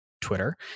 Twitter